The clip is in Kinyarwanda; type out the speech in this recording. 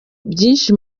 byinshi